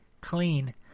clean